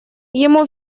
ему